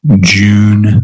June